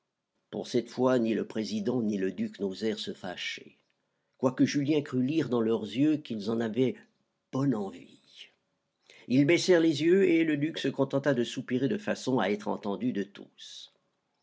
pour cette fois ni le président ni le duc n'osèrent se fâcher quoique julien crût lire dans leurs yeux qu'ils en avaient bonne envie ils baissèrent les yeux et le duc se contenta de soupirer de façon à être entendu de tous